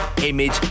image